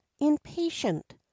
impatient